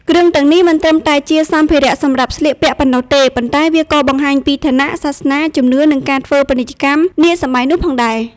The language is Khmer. គ្រឿងទាំងនេះមិនត្រឹមតែជាសម្ភារៈសម្រាប់ស្លៀកពាក់ប៉ុណ្ណោះទេ ប៉ុន្តែវាក៏បង្ហាញពីឋានៈ សាសនា ជំនឿ និងការធ្វើពាណិជ្ជកម្មនាសម័យនោះផងដែរ។